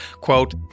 quote